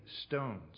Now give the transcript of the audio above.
stones